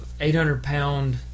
800-pound